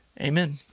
Amen